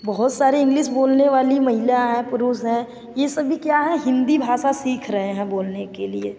बहुत सारे इंग्लिस बोलने वाली महिला हैं पुरुष हैं यह सभी क्या हैं हिंदी भाषा सीख रहें हैं बोलने के लिए